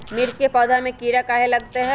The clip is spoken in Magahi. मिर्च के पौधा में किरा कहे लगतहै?